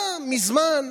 מזמן,